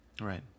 Right